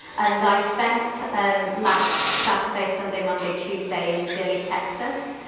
and i spent last saturday-sunday-monday-tuesday in dilley, texas,